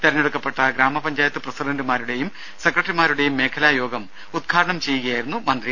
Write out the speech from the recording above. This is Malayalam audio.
തെരഞ്ഞെടുക്കപ്പെട്ട ഗ്രാമപഞ്ചായത്ത് പ്രസിഡന്റുമാരുടെയും സെക്രട്ടറിമാരുടെയും മേഖലാ യോഗം ഉദ്ഘാടനം ചെയ്യുകയായിരുന്നു മന്ത്രി